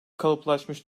kalıplaşmış